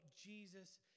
Jesus